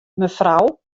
mefrou